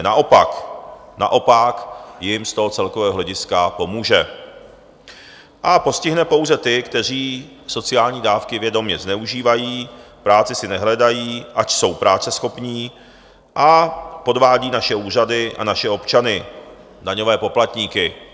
Naopak, naopak jim z toho celkového hlediska pomůže a postihne pouze ty, kteří sociální dávky vědomě zneužívají, práci si nehledají, ač jsou práceschopní, a podvádí naše úřady a naše občany, daňové poplatníky.